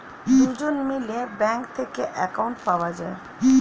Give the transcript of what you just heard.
দুজন মিলে ব্যাঙ্ক থেকে অ্যাকাউন্ট পাওয়া যায়